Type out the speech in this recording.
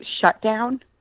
shutdown